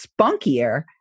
spunkier